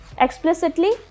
explicitly